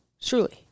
truly